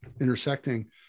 intersecting